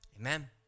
amen